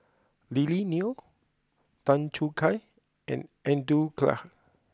Lily Neo Tan Choo Kai and Andrew Clarke